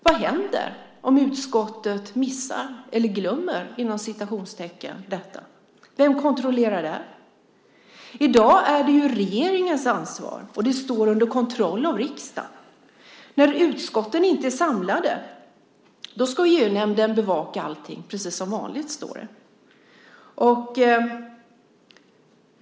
Vad händer om utskottet missar eller "glömmer" detta? Vem kontrollerar det här? I dag är det regeringens ansvar, och det står under kontroll av riksdagen. När utskotten inte är samlade ska EU-nämnden bevaka allting precis som vanligt, står det.